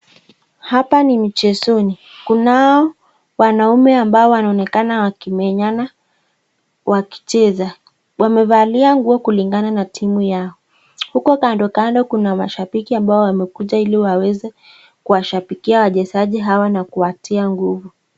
Hapa ni mchezoni, kunao wanaume ambao wanaonekana wakimenyana wakicheza, wamevalia nguo kulingana na timu yao. Huko kando kando kuna mashambiki ambao wamekuja ili waweze kuwashambikia wachezaji hawa na kuwatia nguvu.